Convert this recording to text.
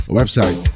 website